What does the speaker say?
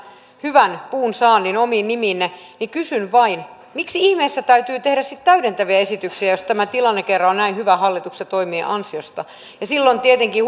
hyvän puunsaannin omiin nimiinne niin kysyn vain miksi ihmeessä täytyy tehdä sitten täydentäviä esityksiä jos tämä tilanne kerran on näin hyvä hallituksen toimien ansiosta ja silloin tietenkin